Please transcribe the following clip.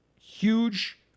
huge